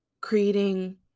creating